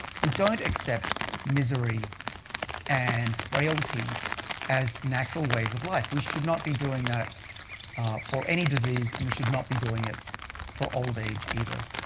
we don't accept misery and frailty as natural ways of life. we should not be doing that for any disease, and we should not be doing it for old age, either.